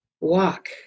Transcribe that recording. walk